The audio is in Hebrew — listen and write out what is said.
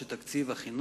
ואף-על-פי שתקציב החינוך,